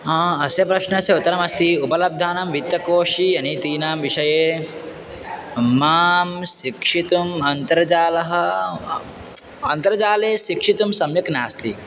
हा अस्य प्रश्नस्य उत्तरमस्ति उपलब्धानां वित्तकोषीय अ नीतिनां विषये मां शिक्षितुम् अन्तर्जालः अन्तर्जाले शिक्षितुं सम्यक् नास्ति